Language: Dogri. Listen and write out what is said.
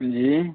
अंजी